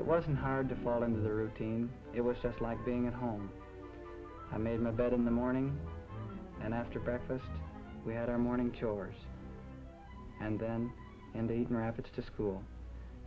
it wasn't hard to fall into the routine it was just like being at home i made my bed in the morning and after breakfast we had our morning chores and then indeed rabbits to school